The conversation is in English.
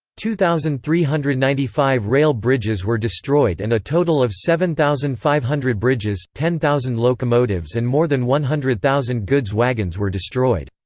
two thousand three hundred and ninety five rail bridges were destroyed and a total of seven thousand five hundred bridges, ten thousand locomotives and more than one hundred thousand goods wagons were destroyed.